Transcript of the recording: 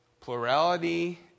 Plurality